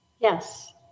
Yes